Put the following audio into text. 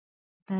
धन्यवाद